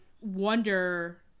wonder